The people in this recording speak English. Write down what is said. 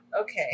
Okay